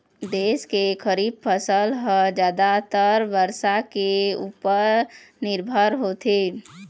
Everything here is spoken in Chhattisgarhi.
देश के खरीफ फसल ह जादातर बरसा के उपर निरभर होथे